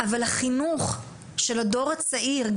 אבל החינוך של הדור הצעיר,